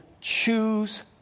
choose